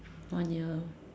one year